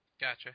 Gotcha